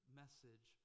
message